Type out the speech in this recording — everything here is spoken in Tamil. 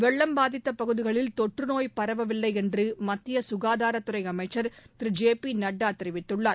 வெள்ளம் பாதித்த பகுதிகளில் தொற்று நோய் பரவவில்லை என்று மத்திய சுகாதாரத் துறை அமைச்சர் திரு ஜே பி நட்டா தெரிவித்துள்ளார்